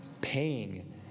Paying